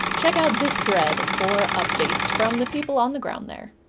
check out this thread for updates from the people on the ground there.